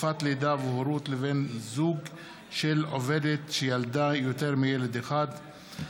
תקופת לידה והורות לבן זוג של עובדת שילדה יותר מילד אחד).